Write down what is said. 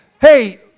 hey